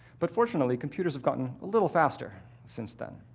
but fortunately, computers have gotten a little faster since then.